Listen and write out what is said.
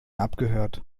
abgehört